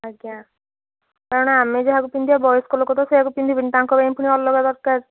ଆଜ୍ଞା କାରଣ ଆମେ ଯାହାକୁ ପିନ୍ଧିବା ବୟସ୍କ ଲୋକ ତ ସେଇଆକୁ ପିନ୍ଧିବେନି ତାଙ୍କ ପାଇଁ ପୁଣି ଅଲଗା ଦରକାର